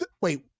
wait